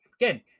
Again